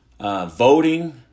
voting